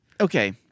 okay